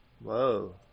Whoa